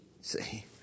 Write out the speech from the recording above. See